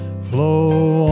flow